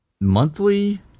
monthly